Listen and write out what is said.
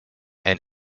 and